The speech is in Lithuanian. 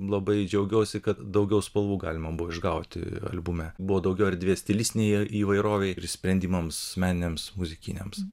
labai džiaugiuosi kad daugiau spalvų galima buvo išgauti albume buvo daugiau erdvės stilistinėje įvairovėj ir sprendimams meniniams muzikiniams